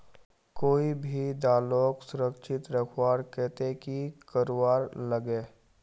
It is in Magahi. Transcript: कोई भी दालोक सुरक्षित रखवार केते की करवार लगे?